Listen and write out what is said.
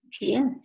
Yes